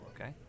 okay